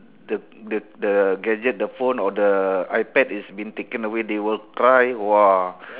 the the the gadget the phone or the iPad is been taken away they will cry !wah!